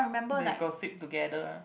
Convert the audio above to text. they got sit together ah